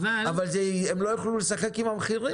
אבל הם לא יוכלו לשחק עם המחירים.